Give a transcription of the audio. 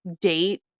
date